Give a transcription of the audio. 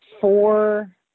four